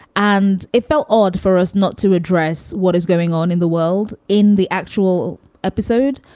and it felt odd for us not to address what is going on in the world in the actual episode.